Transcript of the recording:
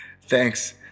Thanks